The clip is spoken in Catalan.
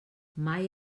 mai